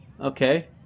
okay